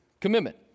commitment